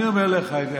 אני אומר לך את זה.